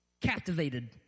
captivated